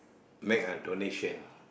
make a donation